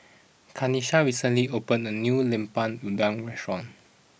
Kanisha recently opened a new Lemper Udang restaurant